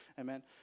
amen